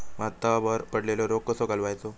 भातावर पडलेलो रोग कसो घालवायचो?